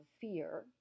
fear